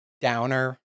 downer